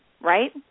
right